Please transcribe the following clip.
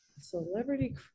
celebrity